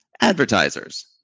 advertisers